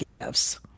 gifts